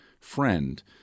friend